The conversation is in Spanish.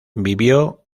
vivió